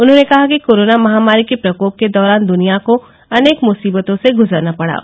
उन्होंने कहा कि कोरोना महामारी के प्रकोप के दौरान दुनिया को अनेक मुसीबतों से गुजरना पड़ा